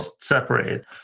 separated